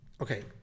Okay